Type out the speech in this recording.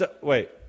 Wait